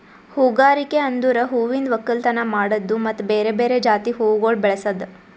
ಹೂಗಾರಿಕೆ ಅಂದುರ್ ಹೂವಿಂದ್ ಒಕ್ಕಲತನ ಮಾಡದ್ದು ಮತ್ತ ಬೇರೆ ಬೇರೆ ಜಾತಿ ಹೂವುಗೊಳ್ ಬೆಳಸದ್